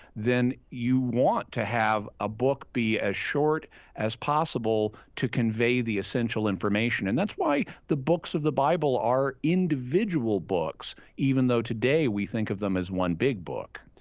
then you want to have a book be as short as possible to convey the essential information. and that's why the books of the bible are individual books even though today we think of them as one big book.